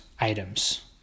items